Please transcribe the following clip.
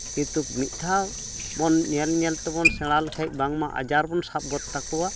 ᱠᱤᱱᱛᱩ ᱱᱤᱫ ᱫᱷᱟᱣ ᱵᱚᱱ ᱧᱮᱞ ᱧᱮᱞ ᱛᱮᱵᱚᱱ ᱥᱮᱬᱟ ᱞᱮᱠᱷᱟᱱ ᱵᱟᱝᱢᱟ ᱟᱡᱟᱨ ᱵᱚᱱ ᱥᱟᱵ ᱜᱚᱫ ᱛᱟᱠᱚᱣᱟ